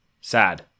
Sad